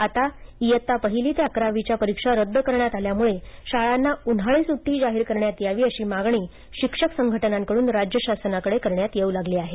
आता इयत्ता पहिली ते अकरावीच्या परीक्षा रद्द करण्यात आल्यामुळे शाळाना उन्हाळी सुट्टी जाहीर करण्यात यावी अशी मागणी शिक्षक संघटनांकडून राज्य शासनाकडे करण्यात येवू लागली आहे